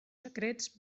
secrets